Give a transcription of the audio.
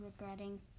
regretting